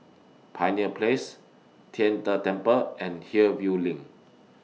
Pioneer Place Tian De Temple and Hillview LINK